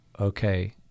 okay